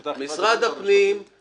משרדי הממשלה סביב השולחן